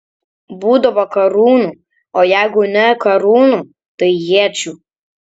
būdavo karūnų o jeigu ne karūnų tai iečių